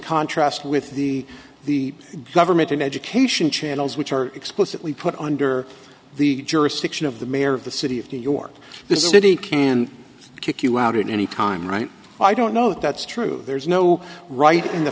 contrast with the the government and education channels which are explicitly put under the jurisdiction of the mayor of the city of new york this is a city can kick you out at any time right i don't know that's true there's no right in the